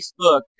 Facebook